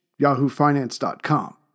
yahoofinance.com